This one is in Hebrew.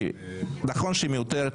שנכון היא מיותרת,